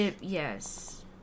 Yes